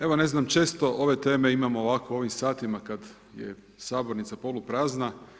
Evo ne znam, često ove teme imamo ovako u ovim satima kad je sabornica poluprazna.